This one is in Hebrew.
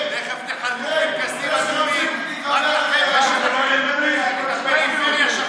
תכף תחלקו פנקסים אדומים, בחלשים פגעתם.